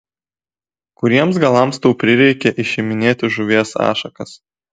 kuriems galams tau prireikė išiminėti žuvies ašakas